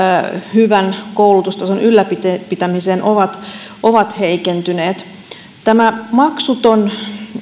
hyvän koulutustason ylläpitämiseen ovat ovat heikentyneet maksuton